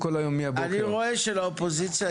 אני רואה שלאופוזיציה